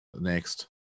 Next